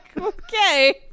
okay